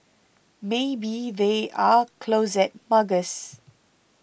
maybe they are closet muggers